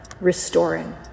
restoring